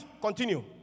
Continue